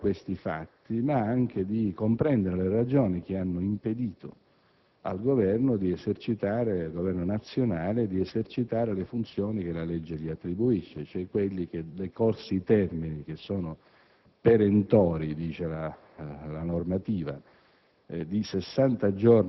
di denunciare questi fatti, ma anche di comprendere le ragioni che hanno impedito al Governo nazionale di esercitare le funzioni che la legge gli attribuisce, cioè di attivare, decorsi i termini perentori - dice la normativa